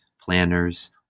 planners